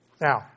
Now